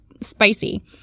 spicy